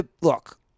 look